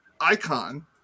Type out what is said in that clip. icon